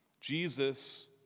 Jesus